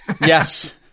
Yes